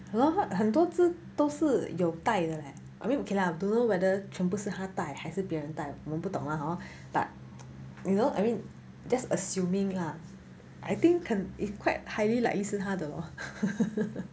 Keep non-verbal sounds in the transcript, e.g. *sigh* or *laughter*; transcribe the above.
!hannor! 很多只都是有戴的 leh I mean okay lah don't know whether 全部是他戴还是别人戴我不懂 lah hor but you know I mean just assuming lah I think can if quite highly likely 是他的 lor *laughs*